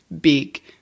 big